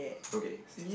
okay same